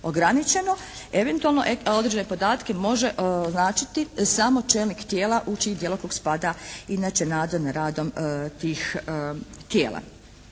«ograničeno». Eventualno određene podatke može označiti samo čelnik tijela u čiji djelokrug spada inače nadzor nad radom tih tijela.